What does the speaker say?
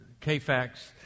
KFAX